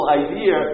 idea